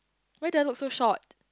why do I look so short